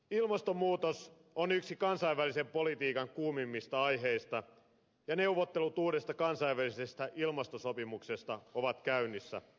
ilmastonmuutos on yksi kansainvälisen politiikan kuumimmista aiheista ja neuvottelut uudesta kansainvälisestä ilmastosopimuksesta ovat käynnissä